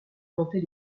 tenter